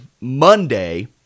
Monday